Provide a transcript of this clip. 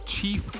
Chief